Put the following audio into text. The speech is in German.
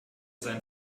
sein